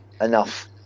Enough